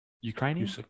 Ukrainian